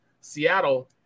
Seattle